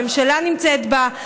הממשלה נמצאת בה.